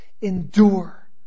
Endure